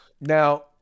now